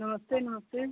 नमस्ते नमस्ते